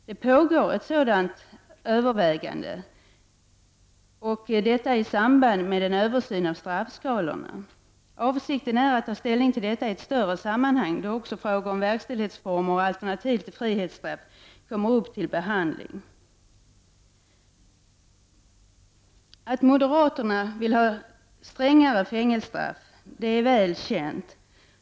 Det pågår ett sådant övervägande i samband med en översyn av straffskalorna. Avsikten är att ta ställning till detta i ett större sammanhang då också frågor om verkställighetsformer och alternativ till frihetsstraff kom mer upp till behandling. Att moderaterna vill ha strängare fängelsestraff är väl känt.